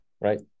right